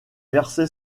versé